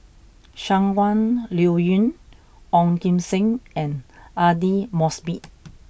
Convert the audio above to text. Shangguan Liuyun Ong Kim Seng and Aidli Mosbit